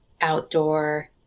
outdoor